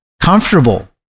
comfortable